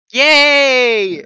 Yay